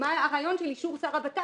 או מה הרעיון של אישור שר הבט"פ,